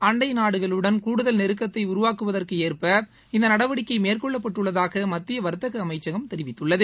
அண்டை நாடுகளுடன் கூடுதல் நெருக்கத்தை உருவாக்குவதற்கேற்ப இந்த நடவடிக்கை மேற்கொள்ளப்பட்டுள்ளதாக மத்திய வா்த்தக அமைச்சகம் தெரிவித்துள்ளது